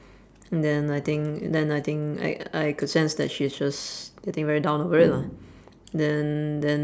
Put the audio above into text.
and then I think then I think I I could sense that she's just getting very down over it lah then then